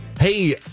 Hey